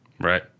right